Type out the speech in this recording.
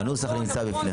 הנוסח נמצא בפניהם.